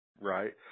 Right